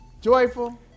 Joyful